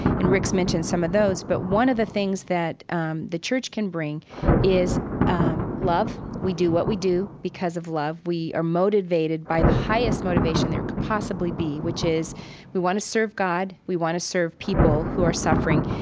and rick's mentioned some of those. but one of the things that um the church can bring is um love. we do what we do because of love we are motivated by the highest motivation there could possibly be, which is we want to serve god. we want to serve people who are suffering.